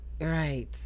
right